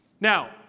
Now